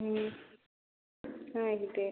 ಹ್ಞೂ ಹಾಂ ಇದೆ